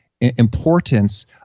importance